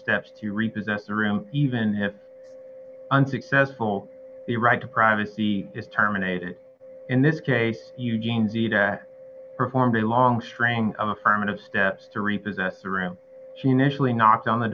steps to repossess the room even if unsuccessful the right to privacy is terminated in this case eugene zita performed a long string of affirmative steps to repossess the room she initially knocked on the